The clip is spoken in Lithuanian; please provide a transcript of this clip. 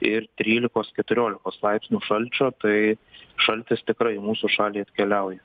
ir trylikos keturiolikos laipsnių šalčio tai šaltis tikrai į mūsų šalį atkeliauja